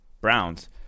Browns